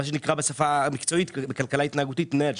מה שנקרא בשפה המקצועית בכלכלה התנהגות נאג',